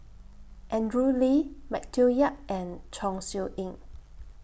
Andrew Lee Matthew Yap and Chong Siew Ying